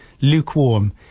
lukewarm